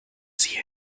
sie